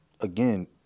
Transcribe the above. again